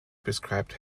prescribed